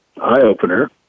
eye-opener